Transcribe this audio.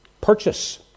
purchase